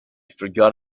forgot